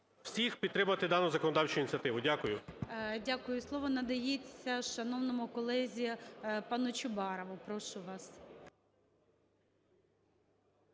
всіх підтримати дану законодавчу ініціативу. Дякую. ГОЛОВУЮЧИЙ. Дякую. Слово надається шановному колезі пануЧубарову. Прошу вас.